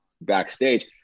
backstage